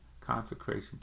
consecration